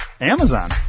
Amazon